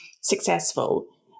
successful